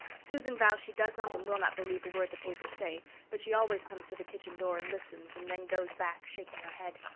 susan vows she does not and will not believe a word the papers say but she always comes to the kitchen door, and listens and then goes back, shaking her head.